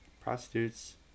prostitutes